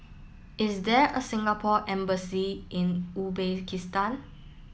is there a Singapore embassy in Uzbekistan